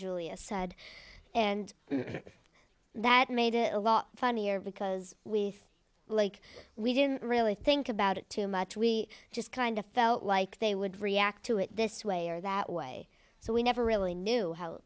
julia said and that made it a lot funnier because we like we didn't really think about it too much we just kind of felt like they would react to it this way or that way so we never really knew how